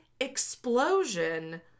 explosion